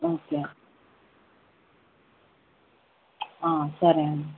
okay సరే అండి